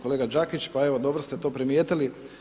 Kolega Đakić, pa evo dobro ste to primijetili.